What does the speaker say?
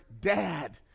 dad